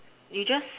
you just